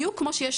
בדיוק כמו שיש